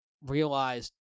realized